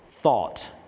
thought